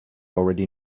already